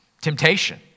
Temptation